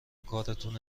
کارتون